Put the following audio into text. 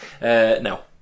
No